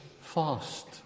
fast